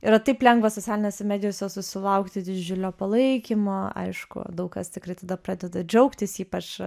yra taip lengva socialinėse medijose susilaukti didžiulio palaikymo aišku daug kas tikrai tada pradeda džiaugtis ypač